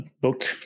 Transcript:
book